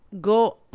go